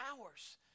hours